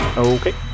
Okay